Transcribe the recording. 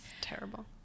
Terrible